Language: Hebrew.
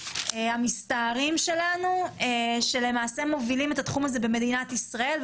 המסתערים שלנו שלמעשה מובילים את התחום הזה במדינת ישראל,